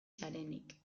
zarenik